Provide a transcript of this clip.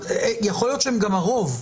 יכול להיות שהם גם הרוב,